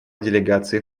делегации